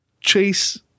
chase